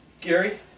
Gary